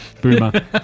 boomer